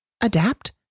adapt